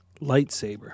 lightsaber